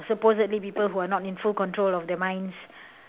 supposedly people are not in full control of their minds